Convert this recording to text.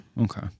okay